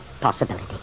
possibility